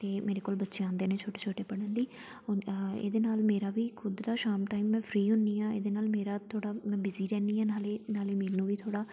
ਅਤੇ ਮੇਰੇ ਕੋਲ ਬੱਚੇ ਆਉਂਦੇ ਨੇ ਛੋਟੇ ਛੋਟੇ ਪੜ੍ਹਨ ਲਈ ਇਹਦੇ ਨਾਲ ਮੇਰਾ ਵੀ ਖ਼ੁਦ ਦਾ ਸ਼ਾਮ ਟਾਈਮ ਮੈਂ ਫਰੀ ਹੁੰਦੀ ਹਾਂ ਇਹਦੇ ਨਾਲ ਮੇਰਾ ਥੋੜ੍ਹਾ ਮੈਂ ਬਿਸੀ ਰਹਿੰਦੀ ਹਾਂ ਨਾਲੇ ਨਾਲੇ ਮੈਨੂੰ ਵੀ ਥੋੜ੍ਹਾ